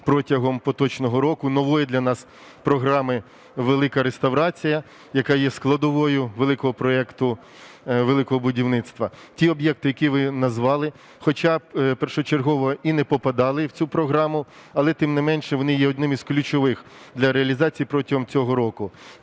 протягом поточного року нової для нас програми "Велика реставрація", яка є складовою великого проекту "Велике будівництво". Ті об'єкти, які ви назвали, хоча першочергово і не попадали в цю програму, але, тим не менше, вони є одними з ключових для реалізації протягом цього року.